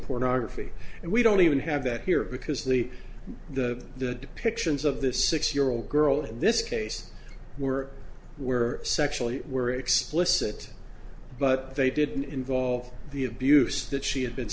pornography and we don't even have that here because the the the depictions of the six year old girl in this case were were sexually were explicit but they didn't involve the abuse that she had been